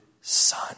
son